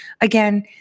Again